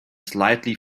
slightly